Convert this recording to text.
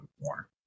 more